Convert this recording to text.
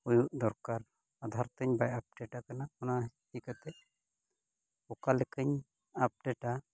ᱦᱩᱭᱩᱜ ᱫᱚᱨᱠᱟᱨ ᱟᱫᱷᱟᱨ ᱛᱤᱧ ᱵᱟᱭ ᱟᱯᱰᱮᱴ ᱟᱠᱟᱱᱟ ᱚᱱᱟ ᱦᱤᱥᱟᱹᱵ ᱪᱤᱠᱟᱹ ᱛᱮ ᱚᱠᱟᱞᱮᱠᱟᱧ ᱟᱯᱰᱮᱴᱟ